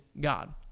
God